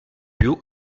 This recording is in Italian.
più